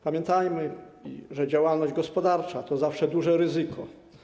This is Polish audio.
Pamiętajmy, że działalność gospodarcza to zawsze duże ryzyko.